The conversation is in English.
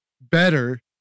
better